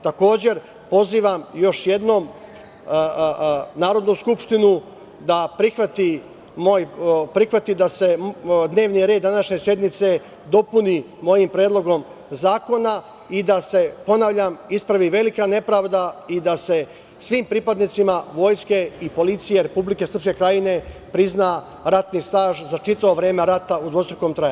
Takođe, pozivam još jednom Narodnu skupštinu da prihvati da se dnevni red današnje sednice dopuni mojim predlogom zakona i da se, ponavljam, ispravi velika nepravda i da se svim pripadnicima Vojske i Policije Republike Srpske Krajine prizna ratni staž za čitavo vreme rata u dvostrukom trajanju.